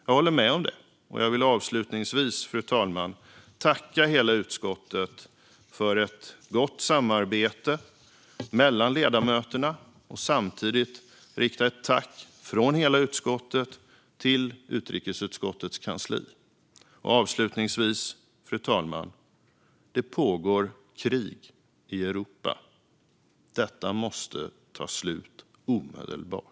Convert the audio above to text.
Jag håller med om det, fru talman, och jag vill tacka hela utskottet för ett gott samarbete mellan ledamöterna. Jag vill samtidigt rikta ett tack från hela utskottet till utrikesutskottets kansli. Avslutningsvis, fru talman: Det pågår ett krig i Europa. Detta måste ta slut omedelbart.